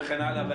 וכן הלאה.